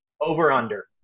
over-under